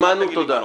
שמענו, תודה.